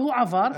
והוא עבר.